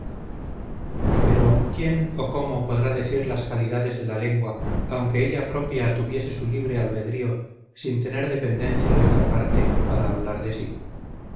pero quien o cómo podrá decir las calidades de la lengua aunque ella propia tuviese su libre albedrío sin tener dependencia de otra parte para hablar de sí